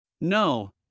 No